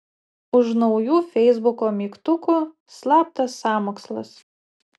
už naujų feisbuko mygtukų slaptas sąmokslas